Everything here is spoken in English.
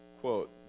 quote